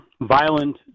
violent